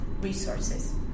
resources